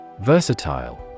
Versatile